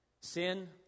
Sin